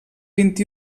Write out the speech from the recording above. vint